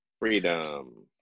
Freedom